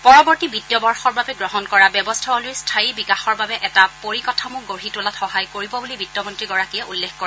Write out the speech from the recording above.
পৰৱৰ্তী বিত্তীয় বৰ্যৰ বাবে গ্ৰহণ কৰা ব্যৱস্থাৱলীৰ স্থায়ী বিকাশৰ বাবে এটা পৰিকাঠামো গঢ়ি তোলাত সহায় কৰিব বুলি বিত্ত মন্নীগৰাকীয়ে উল্লেখ কৰে